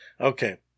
Okay